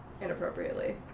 inappropriately